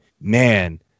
man